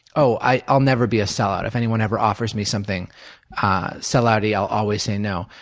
oh, i'll never be a sellout. if anyone ever offers me something sellout-y, i'll always say no.